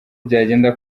byagenda